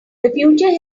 future